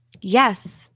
Yes